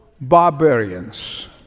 barbarians